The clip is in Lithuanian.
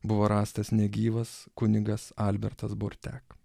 buvo rastas negyvas kunigas albertas burtek